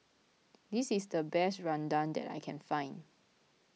this is the best Rendang that I can find